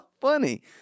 funny